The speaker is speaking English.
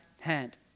hand